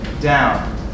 down